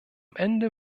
ende